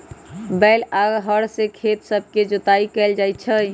बैल आऽ हर से खेत सभके जोताइ कएल जाइ छइ